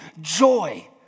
joy